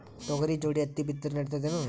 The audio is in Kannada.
ತೊಗರಿ ಜೋಡಿ ಹತ್ತಿ ಬಿತ್ತಿದ್ರ ನಡಿತದೇನು?